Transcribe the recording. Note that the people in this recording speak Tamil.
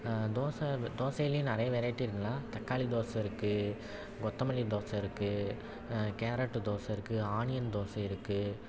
தோசை தோசையிலேயும் நிறையா வெரைட்டி இருக்குங்க தக்காளி தோசை இருக்குது கொத்தமல்லி தோசை இருக்குது கேரட் தோசை இருக்குது ஆனியன் தோசை இருக்குது